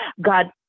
God